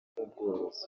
n’ubworozi